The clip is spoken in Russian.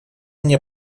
мне